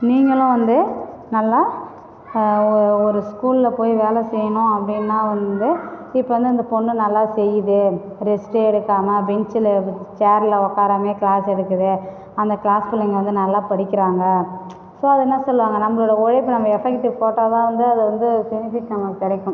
நீங்களும் வந்து நல்லா ஒரு ஸ்கூலில் போய் வேலை செய்யணும் அப்படின்னா வந்து இப்போது வந்து அந்த பொண்ணு நல்லா செய்து ரெஸ்ட்டே எடுக்காமல் பெஞ்ச்சில் சேர்ல உட்காராமையே கிளாஸ் எடுக்குது அந்த கிளாஸ் பிள்ளைங்க வந்து நல்லா படிக்கிறாங்க ஸோ அது என்ன சொல்லுவாங்க நம்மளோட உழைப்பு நம்ம எஃபெக்ட் போட்டால் தான் வந்து அது வந்து பெனிஃபிட் நமக்கு கிடைக்கும்